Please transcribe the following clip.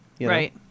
Right